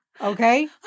Okay